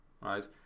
right